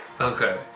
Okay